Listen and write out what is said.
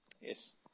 Yes